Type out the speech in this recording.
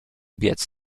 biec